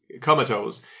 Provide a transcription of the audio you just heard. comatose